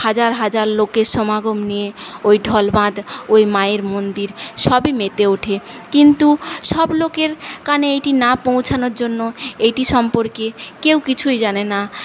হাজার হাজার লোকের সমাগম নিয়ে ওই ঢলবাঁধ ওই মায়ের মন্দির সবই মেতে ওঠে কিন্তু সব লোকের কানে এটি না পৌঁছানোর জন্য এটি সম্পর্কে কেউ কিছুই জানেনা